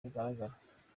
bugaragara